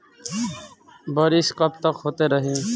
बरिस कबतक होते रही?